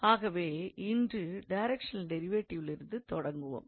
ஆகவே இன்று டைரக்க்ஷனல் டிரைவேட்டிவ்விலிருந்து தொடங்குவோம்